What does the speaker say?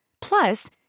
Plus